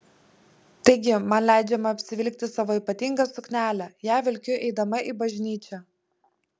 taigi man leidžiama apsivilkti savo ypatingą suknelę ją vilkiu eidama į bažnyčią